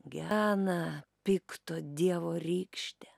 gena pikto dievo rykštė